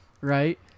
right